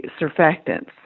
surfactants